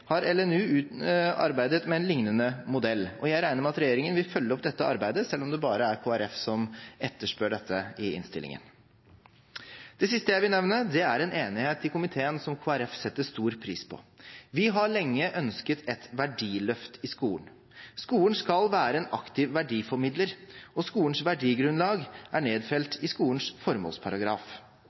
har LNU arbeidet med en lignende modell, og jeg regner med at regjeringen vil følge opp dette arbeidet selv om det bare er Kristelig Folkeparti som etterspør dette i innstillingen. Det siste jeg vil nevne, er en enighet i komiteen som Kristelig Folkeparti setter stor pris på. Vi har lenge ønsket et verdiløft i skolen. Skolen skal være en aktiv verdiformidler, og skolens verdigrunnlag er nedfelt i skolens formålsparagraf.